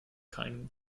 keinen